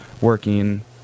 working